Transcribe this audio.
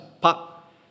Pop